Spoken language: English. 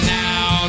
now